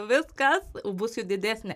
viskas būsiu didesnė